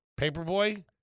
paperboy